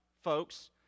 folks